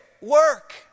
work